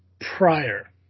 prior